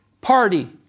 party